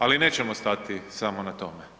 Ali nećemo stati samo na tome.